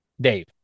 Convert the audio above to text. Dave